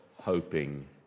hoping